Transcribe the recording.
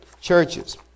churches